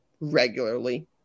regularly